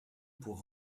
pour